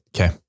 Okay